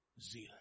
zeal